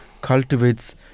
cultivates